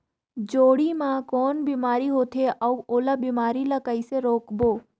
जोणी मा कौन बीमारी होथे अउ ओला बीमारी ला कइसे रोकबो?